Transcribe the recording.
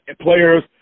players